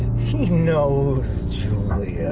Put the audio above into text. he knows juli